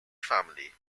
family